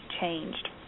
changed